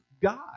God